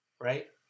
right